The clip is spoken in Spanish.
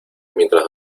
mientras